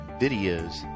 videos